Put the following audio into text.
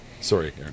Sorry